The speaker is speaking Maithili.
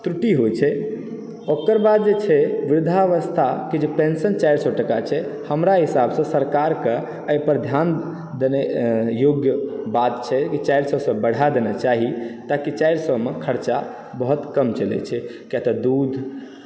त्रुटि होइ छै ओकर बाद जे छै वृद्धावस्था के जे पेंशन चारि सए टका छै हमरा हिसाब से सरकार के एहि पर ध्यान देनाइ योग्य बात छै ई चारि सए टका से बढ़ा देना चाही ताकि चारि सए मे खरचा बहुत कम चलै छै किया तऽ दूध